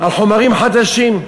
על חומרים חדשים.